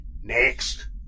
Next